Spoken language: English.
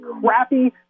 crappy